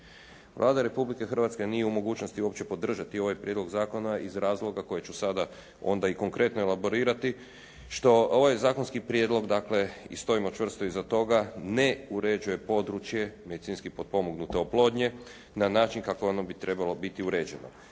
Vlada Republike Hrvatske nije u mogućnosti uopće podržati ovaj prijedlog zakona iz razloga koje su sada onda i konkretno elaborirati, što ovaj zakonski prijedlog i stojimo čvrsto iza toga ne uređuje područje medicinski potpomognute oplodnje na način kakvo ono bi trebalo biti uređeno.